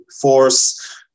force